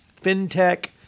fintech